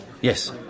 Yes